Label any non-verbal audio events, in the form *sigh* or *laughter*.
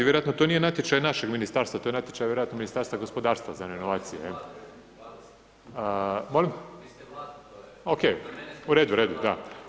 Vjerojatno to nije natječaj našeg ministarstva, to je natječaj vjerojatno Ministarstva gospodarstva za … *unintelligible* [[Upadica se ne čuje.]] Molim? … [[Upadica se ne čuje.]] Ok, u redu, da.